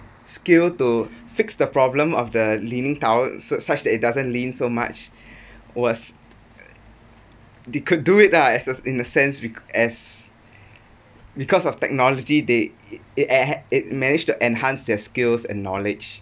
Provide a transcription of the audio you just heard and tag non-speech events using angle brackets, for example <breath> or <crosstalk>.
skill to fix the problem of the leaning tower so such that it doesn't lean so much <breath> was they could do it lah as in a sense we as because of technology they it had it managed to enhance their skills and knowledge